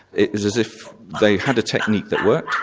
it was as if they had a technique that worked,